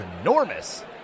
enormous